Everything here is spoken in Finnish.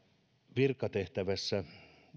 virkatehtävässä